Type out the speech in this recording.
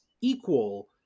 equal